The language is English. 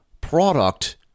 product